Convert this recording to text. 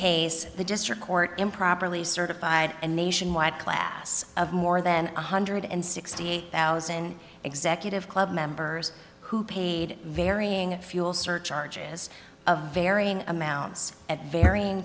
case the district court improperly certified and nationwide class of more than one hundred and sixty eight thousand executive club members who paid varying a fuel surcharge as of varying amounts at var